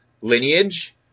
lineage